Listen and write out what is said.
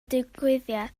digwyddiad